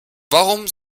warum